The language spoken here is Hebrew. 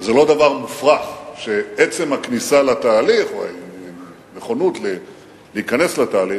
זה לא דבר מופרך שעצם הכניסה לתהליך או הנכונות להיכנס לתהליך,